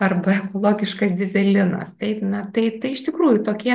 arba ekologiškas dyzelinas taip na tai tai iš tikrųjų tokie